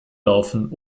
laufen